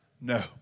No